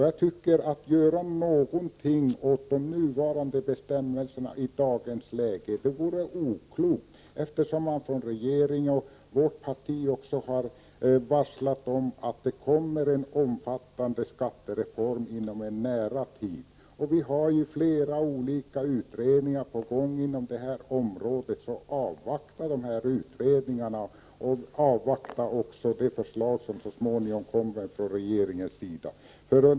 Jag tycker att det vore oklokt att i dagens läge göra regeländringar, eftersom regeringen och det socialdemokratiska partiet har ställt i utsikt att det inom en nära framtid kommer en omfattande skattereform. På det här området pågår ju också flera utredningar. Låt oss avvakta resultatet av utredningarna, liksom också det förslag som så småningom kommer från regeringen.